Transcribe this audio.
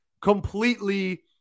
completely